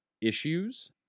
issues